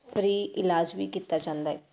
free ਇਲਾਜ ਵੀ ਕੀਤਾ ਜਾਂਦਾ ਹੈ